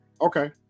Okay